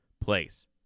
place